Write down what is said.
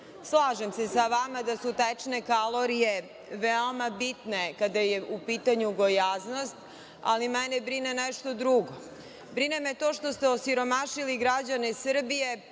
Slažem se sa vama da su tečne kalorije veoma bitne kada je u pitanju gojaznost, ali mene brine nešto drugo. Brine me to što ste osiromašili građane Srbije,